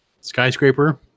Skyscraper